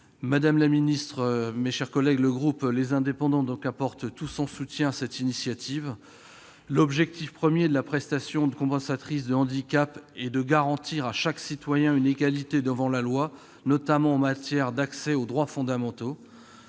Madame la secrétaire d'État, mes chers collègues, le groupe Les Indépendants apporte tout son soutien à cette initiative. L'objectif premier de la prestation de compensation du handicap est de garantir à chaque citoyen une égalité devant la loi, notamment en matière d'accès aux droits fondamentaux.